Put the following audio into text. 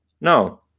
No